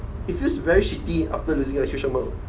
it feels very shitty after losing a huge amount